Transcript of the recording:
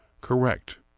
correct